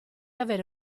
avere